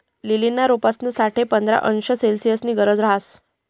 लीलीना रोपंस साठे पंधरा अंश सेल्सिअसनी गरज रहास